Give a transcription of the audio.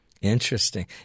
Interesting